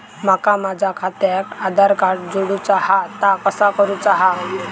माका माझा खात्याक आधार कार्ड जोडूचा हा ता कसा करुचा हा?